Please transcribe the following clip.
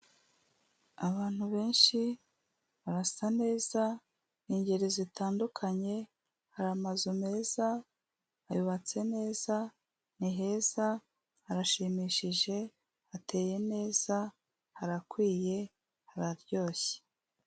Abantu benshi barasa neza, ni ingeri zitandukanye, hari amazu meza, yubatse neza, ni heza, harashimishije, hateye neza, harakwiye, hararyoshye.